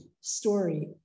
story